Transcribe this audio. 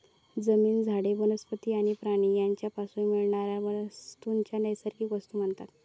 जमीन, झाडे, वनस्पती आणि प्राणी यांच्यापासून मिळणाऱ्या वस्तूंका नैसर्गिक वस्तू म्हणतत